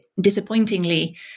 disappointingly